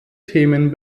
themen